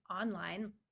online